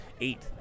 eight